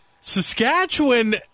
Saskatchewan